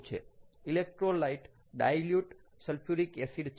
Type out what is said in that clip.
electrolyte dilute sulphuric acid છે